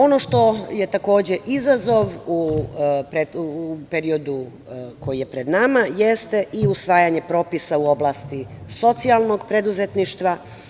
Ono što je takođe izazov u periodu koji je pred nama jeste i usvajanje propisa u oblasti socijalnog preduzetništva.